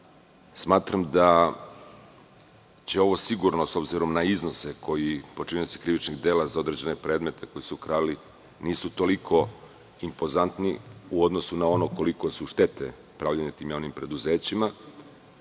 čine. Smatram da će ovo sigurno, s obzirom na iznose koji počinioci krivičnih dela za određene predmete koje su krali nisu toliko impozantni u odnosu na ono koje su štete pravljene tim javnim preduzećima,